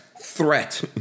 threat